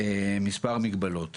מספר מגבלות.